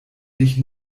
dich